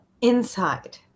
inside